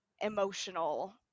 emotional